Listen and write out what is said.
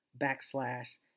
backslash